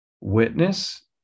witness